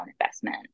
investment